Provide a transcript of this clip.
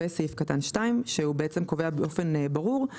וסעיף קטן (2) שהוא בעצם קובע באופן ברור,